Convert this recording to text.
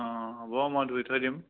অ' হ'ব মই ধুই থৈ দিম